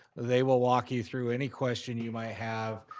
they will walk you through any question you might have,